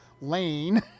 lane